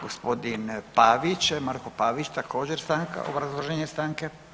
Gospodin Pavić, Marko Pavić također stanka, obrazloženje stanke.